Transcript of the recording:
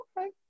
okay